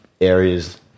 areas